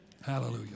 Hallelujah